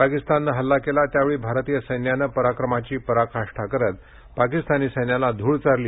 पाकिस्ताननं हल्ला केला त्या वेळी भारतीय सैन्यानं पराक्रमाची पराकाष्ठा करत पाकीस्तानी सैन्याला धूळ चारली